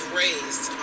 raised